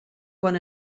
quan